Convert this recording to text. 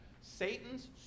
Satan's